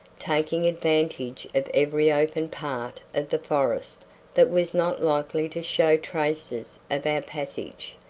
taking advantage of every open part of the forest that was not likely to show traces of our passage,